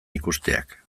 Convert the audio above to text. ikusteak